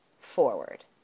forward